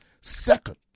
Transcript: Second